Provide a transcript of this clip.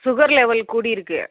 sugar level கூடி இருக்கு